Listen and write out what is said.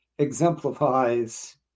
exemplifies